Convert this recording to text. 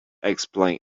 explain